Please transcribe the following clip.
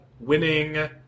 Winning